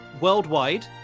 worldwide